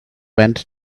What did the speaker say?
went